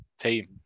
team